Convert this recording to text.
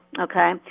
Okay